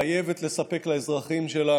חייבת לספק לאזרחים שלה